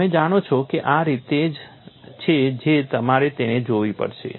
તમે જાણો છો કે આ તે રીત છે જે તમારે તેને જોવી પડશે